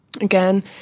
Again